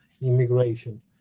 immigration